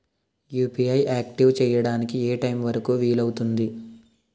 UPI activate చెయ్యడానికి ఏ time వరుకు వీలు అవుతుంది?